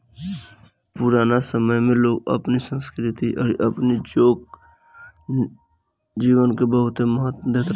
पुराना समय में लोग अपनी संस्कृति अउरी अपनी लोक जीवन के बहुते महत्व देत रहे